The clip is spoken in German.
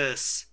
es